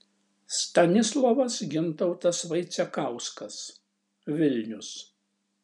stanislovas gintautas vaicekauskas vilnius